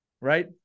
right